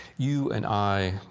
you and i,